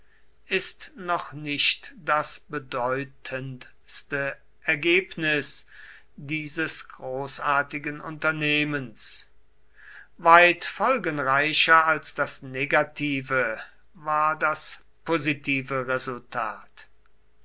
ist noch nicht das bedeutendste ergebnis dieses großartigen unternehmens weit folgenreicher als das negative war das positive resultat